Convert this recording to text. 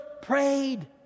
prayed